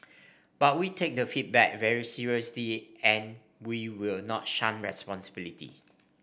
but we take the feedback very seriously and we will not shun responsibility